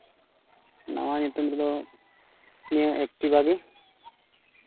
ᱱᱚᱜᱼᱚᱭ ᱧᱩᱛᱩᱢ ᱠᱚᱫᱚ ᱱᱤᱭᱟᱹ ᱮᱠᱴᱤᱵᱷᱟ ᱜᱮ